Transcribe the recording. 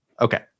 Okay